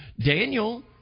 Daniel